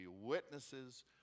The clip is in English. witnesses